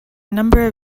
number